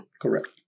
Correct